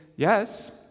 Yes